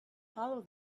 follow